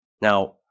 Now